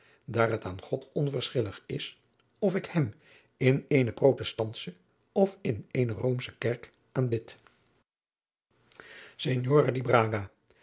daar het aan god onverschillig is of ik hem in eene protestantsche of in eene roomsche kerk aanbid